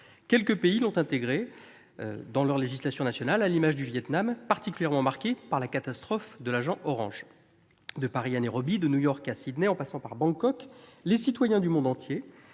Quelques pays l'ont intégré dans leur législation nationale, à l'image du Vietnam, particulièrement marqué par la catastrophe de l'agent orange. De Paris à Nairobi, de New York à Sydney en passant par Bangkok, les citoyens du monde entier,